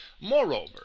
Moreover